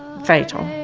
fatal.